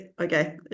Okay